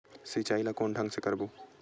सिंचाई ल कोन ढंग से करबो?